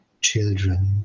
children